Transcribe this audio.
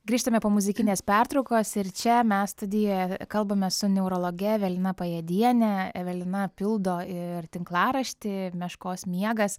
grįžtame po muzikinės pertraukos ir čia mes studijoje kalbame su neurologe evelina pajėdiene evelina pildo ir tinklaraštį meškos miegas